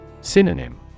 Synonym